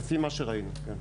לפי מה שראינו, כן.